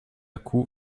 coup